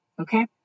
Okay